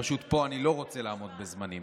פשוט פה אני לא רוצה לעמוד בזמנים.